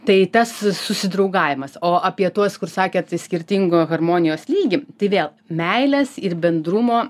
tai tas s susidraugavimas o apie tuos kur sakėt skirtingo harmonijos lygį tai vėl meilės ir bendrumo